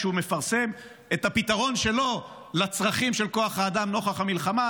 כשהוא מפרסם את הפתרון שלו לצרכים של כוח האדם נוכח המלחמה.